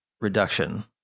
reduction